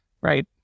right